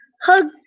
hug